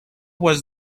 was